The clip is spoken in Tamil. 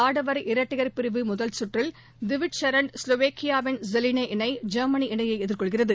ஆடவர் இரட்டையர் பிரிவு முதல் கற்றில் திவிச் சரண் ஸ்லோவேக்கியாவின் ஜெவாளி இணை ஜெர்மனி இணையைஎதிர்கொள்கிறது